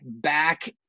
back